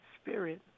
spirit